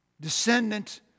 descendant